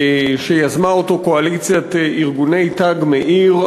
יזמה אותו קואליציית ארגוני "תג מאיר",